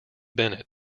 bennett